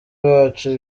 bacu